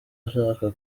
ashaka